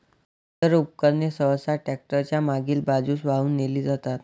planter उपकरणे सहसा tractor च्या मागील बाजूस वाहून नेली जातात